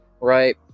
Right